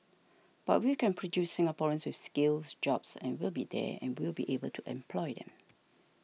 but we can produce Singaporeans with skills jobs and will be there and we will be able to employ them